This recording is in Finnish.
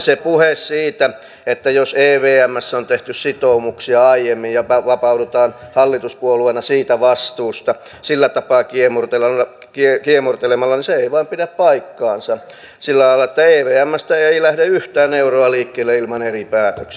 se puhe siitä että evmssä on tehty sitoumuksia aiemmin ja vapaudutaan hallituspuolueena siitä vastuusta sillä tapaa kiemurtelemalla ei vain pidä paikkaansa sillä lailla että evmstä ei lähde yhtään euroa liikkeelle ilman eri päätöksiä